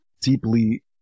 deeply